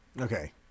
okay